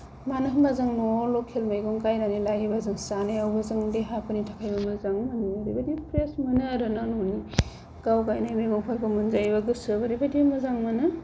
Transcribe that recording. मानो होनब्ला जों न'आव लकेल मैगं गायनानै लायोब्ला जों जानायावबो जों देहाफोरनि थाखायबो मोजां माने ओरैबायदि फ्रेस मोनो आरोना न'नि गाव गायनाय मैगंफोरखौ मोनजायोब्ला गोसोआ ओरैबायदि मोजां मोनो